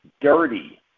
dirty